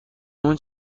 اون